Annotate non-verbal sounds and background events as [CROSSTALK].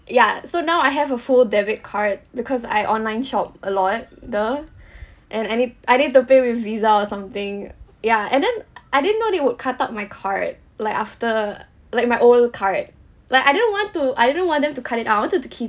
ya so now I have a full debit card because I online shop a lot !duh! [BREATH] and I need I need to pay with visa or something ya and then I didn't know they would cut up my card like after like my old card like I didn't want to I didn't want them to cut it up I wanted to keep